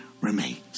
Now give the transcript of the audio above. remains